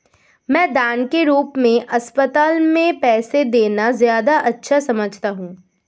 मैं दान के रूप में अस्पताल में पैसे देना ज्यादा अच्छा समझता हूँ